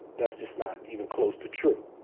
that's just not even close to true.